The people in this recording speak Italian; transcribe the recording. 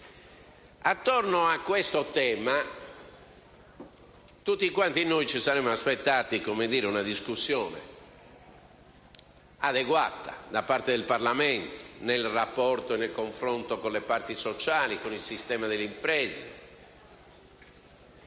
Attorno a questo tema, tutti quanti noi ci saremmo aspettati una discussione adeguata da parte del Parlamento, nel rapporto e nel confronto con le parti sociali, con il sistema delle imprese: